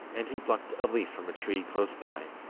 and he plucked a leaf from a tree close by,